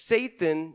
Satan